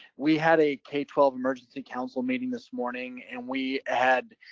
we had a k twelve emergency council meeting this morning and we had.